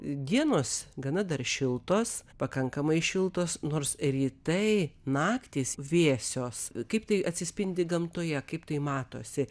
dienos gana dar šiltos pakankamai šiltos nors rytai naktys vėsios kaip tai atsispindi gamtoje kaip tai matosi